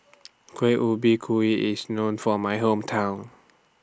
Kuih Ubi Kayu IS known For My Hometown